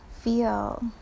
feel